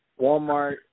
Walmart